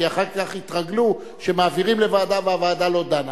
כי אחר כך יתרגלו שמעבירים לוועדה והוועדה לא דנה.